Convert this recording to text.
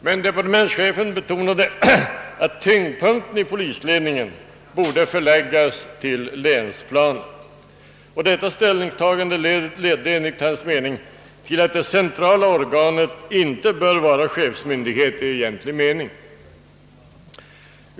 Men departementschefen betonade att tyngdpunkten i polisledningen borde förläggas till länsplanet, och detta ställningstagande ledde enligt hans mening till att det centrala organet inte borde vara chefsmyndighet i egentlig mening.